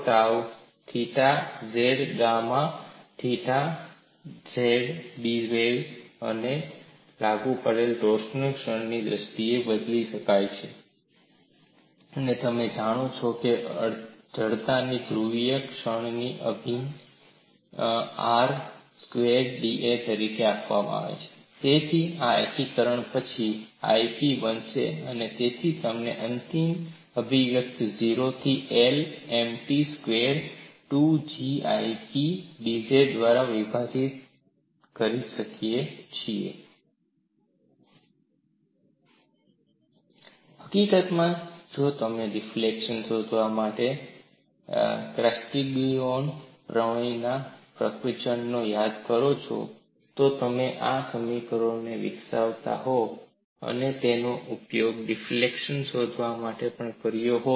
તાણ ઘટકોની દ્રષ્ટિએ સંગ્રહિત સ્થિતિસ્થાપક તાણ ઊર્જા બેન્ડિંગ હકીકતમાં જો તમે ડિફ્લેક્સન શોધવા માટે કાસ્ટિગ્લિઆનોનાCastigliano's પ્રમેય પરના પ્રવચનોને યાદ કરો છો તો તમે આ સમીકરણો વિકસાવ્યા હોત અને તેનો ઉપયોગ ડિફ્લેક્સન શોધવા માટે પણ કર્યો હોત